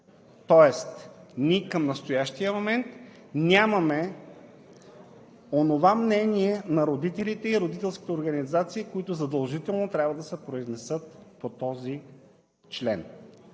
Тоест ние към настоящия момент нямаме онова мнение на родителите и родителските организации, които задължително трябва да се произнесат по този член.